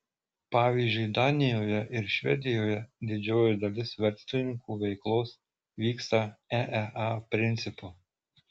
pavyzdžiui danijoje ir švedijoje didžioji dalis verslininkų veiklos vyksta eea principu